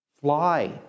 Fly